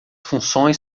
funções